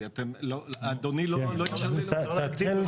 זאת סמכות של ועדה מקומית רגילה.